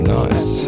nice